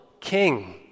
king